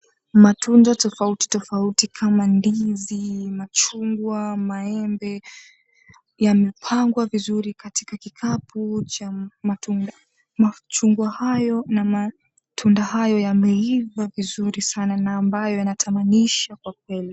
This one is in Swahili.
Matunda tofauti tofauti kama vile ndizi, machungwa, maembe yamepangwa vizuri katika kikapu cha matunda. Machungwa hayo na matunda yao yameiva vizuri ambayo yanatamanisha kwa kweli.